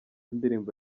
indirimbo